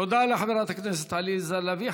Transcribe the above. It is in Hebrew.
תודה לחברת הכנסת עליזה לביא.